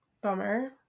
Bummer